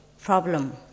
problem